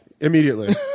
immediately